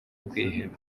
kwiheba